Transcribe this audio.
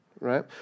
Right